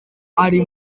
ari